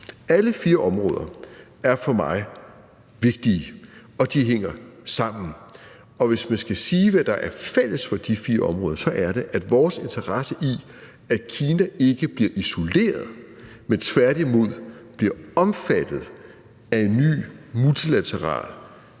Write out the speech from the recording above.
Alle fire områder er for mig vigtige, og de hænger sammen. Og hvis man skal sige, hvad der er fælles for de fire områder, så er det, at vores interesse i, at Kina ikke bliver isoleret, men tværtimod bliver omfattet af en ny multilateral